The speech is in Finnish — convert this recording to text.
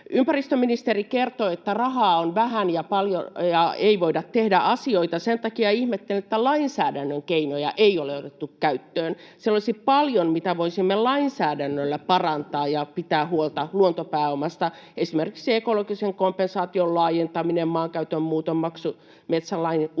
Ympäristöministeri kertoi, että rahaa on vähän ja ei voida tehdä asioita. Sen takia ihmettelen, että lainsäädännön keinoja ei ole otettu käyttöön. Siellä olisi paljon, mitä voisimme lainsäädännöllä parantaa, ja olisi keinoja, millä pitää huolta luontopääomasta, esimerkiksi ekologisen kompensaation laajentaminen, maankäytön muutosmaksu, metsälain uudistaminen,